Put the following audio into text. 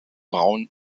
braun